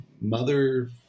mother